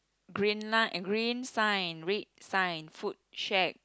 green na~ green sign red sign food check